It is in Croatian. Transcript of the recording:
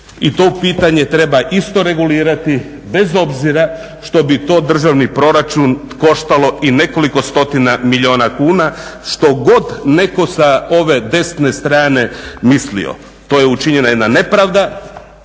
i to pitanje treba isto regulirati bez obzira što bi to državni proračun koštalo i nekoliko stotina milijuna kuna, što god netko sa ove desne strane mislio. Tu je učinjena jedna nepravda